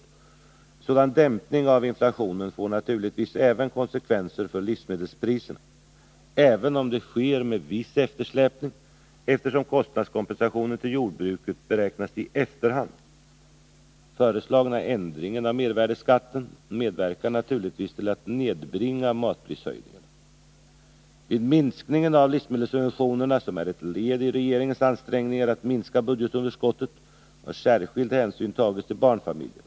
En sådan dämpning av inflationen får naturligtv ven konsekvenser för livsmedelspriserna. även om det sker med äpning, eftersom kostnadskompensationen till jordbruket beräknas i efterhand. Den föreslagna ändringen av mervärdeskatten medverkar naturligtvis till att nedbringa matprishöjningarna. Vid minskningen av livsmedelssubventionerna. som är ett led i regeringens ansträngningar att minska budgetunderskottet. har särskild hänsyn tagits till barnfamiljerna.